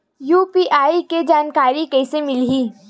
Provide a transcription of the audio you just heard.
UPI के जानकारी कइसे मिलही?